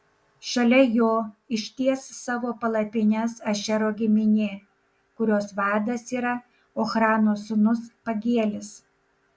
šalia jo išties savo palapines ašero giminė kurios vadas yra ochrano sūnus pagielis